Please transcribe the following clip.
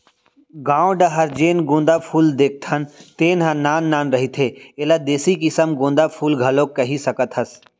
गाँव डाहर जेन गोंदा फूल देखथन तेन ह नान नान रहिथे, एला देसी किसम गोंदा फूल घलोक कहि सकत हस